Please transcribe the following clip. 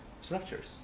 structures